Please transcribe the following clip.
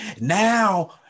Now